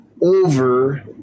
over